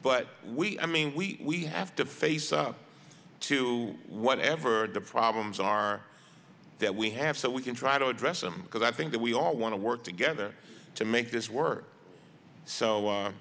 but we i mean we have to face up to whatever the problems are that we have so we can try to address them because i think that we all want to work together to make this work so